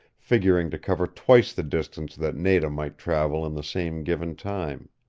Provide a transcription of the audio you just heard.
figuring to cover twice the distance that nada might travel in the same given time.